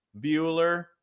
Bueller